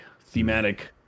thematic